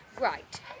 Right